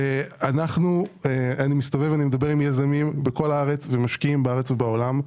ואני מדבר עם יזמים בכל הארץ ומשקיעים בארץ ובעולם.